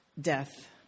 death